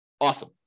Awesome